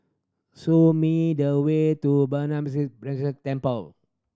show me the way to Burmese Temple